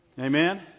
Amen